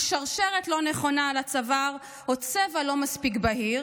שרשרת לא נכונה על הצוואר או צבע לא מספיק בהיר,